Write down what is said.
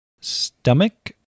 Stomach